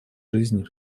жизни